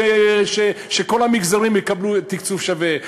ושכל המגזרים יקבלו תקצוב שווה,